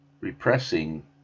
repressing